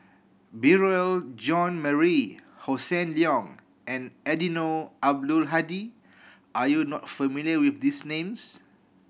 Beurel Jean Marie Hossan Leong and Eddino Abdul Hadi are you not familiar with these names